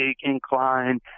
incline